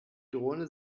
drohne